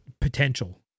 potential